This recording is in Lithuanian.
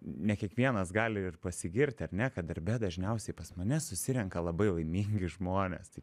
ne kiekvienas gali ir pasigirt ar ne kad darbe dažniausiai pas mane susirenka labai laimingi žmonės tai